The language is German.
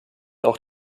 auch